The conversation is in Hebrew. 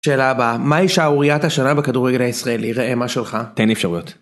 שאלה הבאה, מהי שעוריית השנה בכדורגלי הישראלי? ראם מה שלך? תן לי אפשרויות.